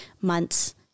months